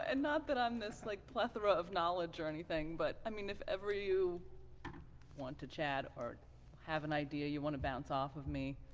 and not that i'm this like plethora of knowledge or anything, but i mean if you want to chat or have an idea you want to bounce off of me?